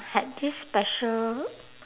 had this special